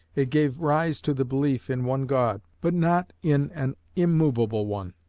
it gave rise to the belief in one god, but not in an immovable one.